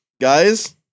Guys